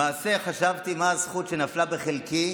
למעשה, חשבתי מה הזכות שנפלה בחלקי